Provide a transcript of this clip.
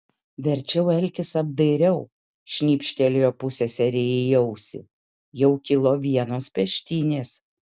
verčiau elkis apdairiau šnypštelėjo pusseserei į ausį jau kilo vienos peštynės